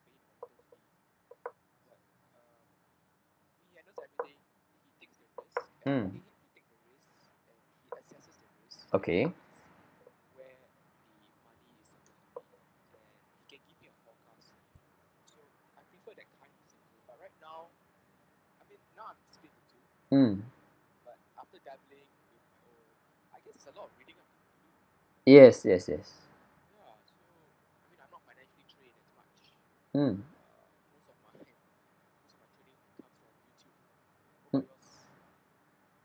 mm okay mm yes yes yes mm